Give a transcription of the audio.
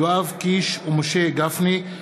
יואב קיש ומשה גפני,